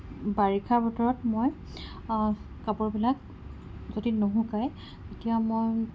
বাৰিষাৰ বতৰত মই কাপোৰবিলাক যদি নুশুকায় তেতিয়া মই